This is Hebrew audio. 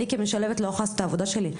אני כמשלבת לא יכולה לעשות את העבודה שלי.